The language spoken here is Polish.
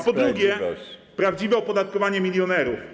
a po drugie, prawdziwe opodatkowanie milionerów.